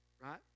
right